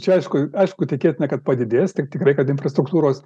čia aišku aišku tikėtina kad padidės tik tikrai kad infrastruktūros